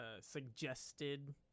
suggested